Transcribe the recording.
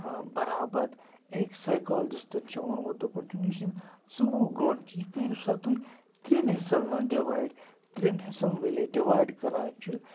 برابد أکۍ سایکالجِسٹَن چھُ ووٚنمُت دوٚپُن چھُنہٕ یُس یِم ژۆوُہ گٲنٛٹہٕ چھِ یہِ کٔرِو سا تُہۍ ترٛٮ۪ن حِصَن منٛز ڈِوایِڈ ترٛٮ۪ن حِصَن ییٚلہِ ڈِوایڈ کَران چھِ